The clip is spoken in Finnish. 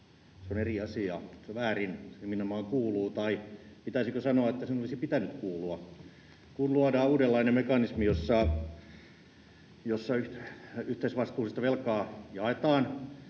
se on eri asia. Se on väärin. Se nimenomaan kuuluu, tai pitäisikö sanoa, että sen olisi pitänyt kuulua. Kun luodaan uudenlainen mekanismi, jossa yhteisvastuullista velkaa jaetaan,